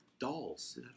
Dolls